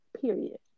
Period